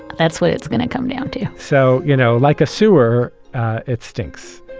that's what it's going to come down to. so, you know, like a sewer it stinks